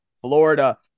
Florida